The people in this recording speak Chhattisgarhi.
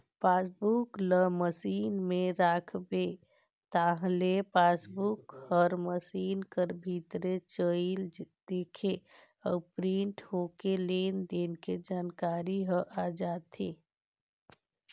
पासबुक ल मसीन में राखबे ताहले पासबुक हर मसीन कर भीतरे चइल देथे अउ प्रिंट होके लेन देन के जानकारी ह आ जाथे